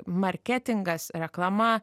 marketingas reklama